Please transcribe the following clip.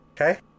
Okay